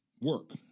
work